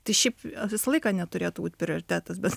tai šiaip visą laiką neturėtų būt prioritetas bet